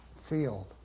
field